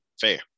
Fair